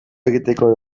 egiteko